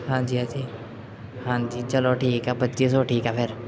ਹਾਂਜੀ ਹਾਂਜੀ ਹਾਂਜੀ ਚੱਲੋ ਠੀਕ ਆ ਪੱਚੀ ਸੌ ਠੀਕ ਆ ਫਿਰ